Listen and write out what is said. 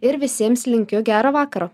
ir visiems linkiu gero vakaro